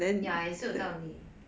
ya 也是有道理